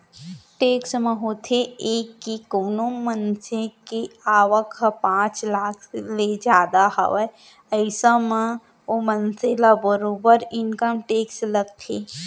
tax म होथे ये के कोनो मनसे के आवक ह पांच लाख ले जादा हावय अइसन म ओ मनसे ल बरोबर इनकम टेक्स लगथे